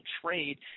trade